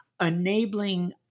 enabling